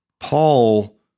Paul